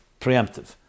preemptive